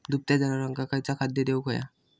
दुभत्या जनावरांका खयचा खाद्य देऊक व्हया?